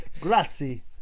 Grazie